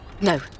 No